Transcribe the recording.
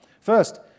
First